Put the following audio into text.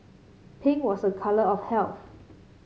pink was a colour of health